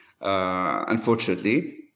unfortunately